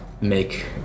make